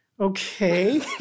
Okay